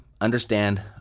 understand